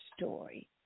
story